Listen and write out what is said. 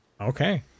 Okay